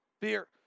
beer